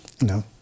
No